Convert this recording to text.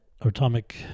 Atomic